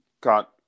got